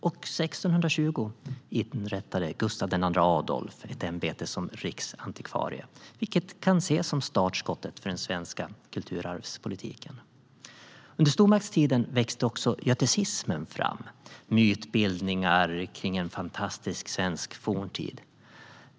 År 1630 inrättade Gustav II Adolf ett ämbete som riksantikvarie, vilket kan ses som startskottet för den svenska kulturarvspolitiken. Under stormaktstiden växte också göticismen fram. Det var mytbildningar om en fantastisk svensk forntid.